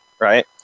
right